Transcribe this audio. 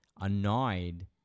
annoyed